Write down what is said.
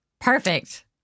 Perfect